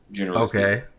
Okay